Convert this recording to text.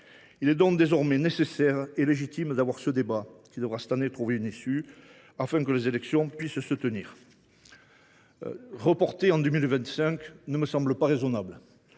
Il est donc désormais nécessaire et légitime d’avoir ce débat, lequel devra cette année trouver une issue afin que les élections puissent se tenir. Reporter les élections en 2025 ne me semble pas raisonnable.